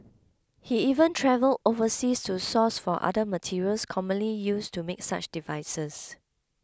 he even travelled overseas to source for other materials commonly used to make such devices